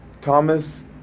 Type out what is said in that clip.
Thomas